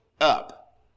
up